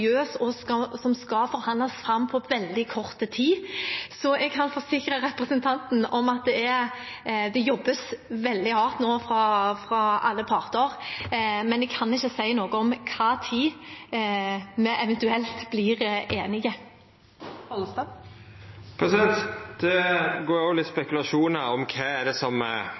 og ambisiøs, og som skal forhandles fram på veldig kort tid. Jeg kan forsikre representanten Pollestad om at det jobbes veldig hardt nå fra alle parter, men jeg kan ikke si noe om når vi eventuelt blir enige. Det er òg spekulasjonar om kva det er som gjer at ein ikkje kjem fram til einigheit. Står den norske regjeringa heilt samla, er det